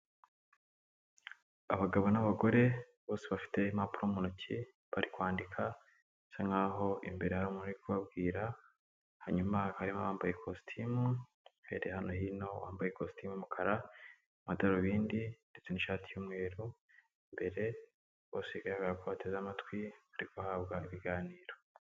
Abagabo n'abagore bose bafite impapuro mu ntoki bari kwandika, bisa nk'aho imbere hari umuntu uri kubabwira, hanyuma harimo abambaye ikositimu uhereye hano hino wambaye ikositimu y'umukara amadarubindi ndetse n'ishati y'umweru imbere, bose bigaragara ko bateze amatwi, bari guhabwa ibiganiro.